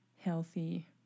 healthy